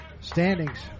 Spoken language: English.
standings